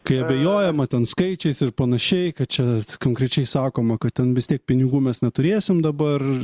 kai abejojama ten skaičiais ir panašiai kad čia konkrečiai sakoma kad ten vis tiek pinigų mes neturėsim dabar